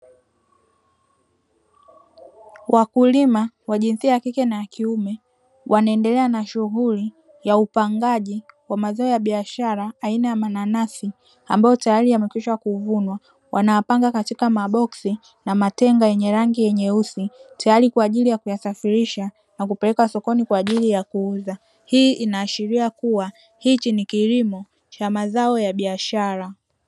Wakulima wa jinsia ya kike na kiume wanaendelea na shughuli ya upangaji wa mazao ya biashara aina ya mananasi, ambayo tayari yamekwisha kuvunwa wanayapanga katika maboksi na matenga yenye rangi nyeusi tayari kwajili ya kusafirisha na kuyapeleka sokoni kwajili ya kuuza, hii ina ashiria hichi ni kilimo cha mazao ya biashara.